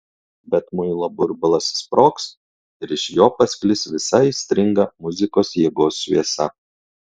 bet muilo burbulas sprogs ir iš jo pasklis visa aistringa muzikos jėgos šviesa